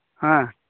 ᱦᱮᱸ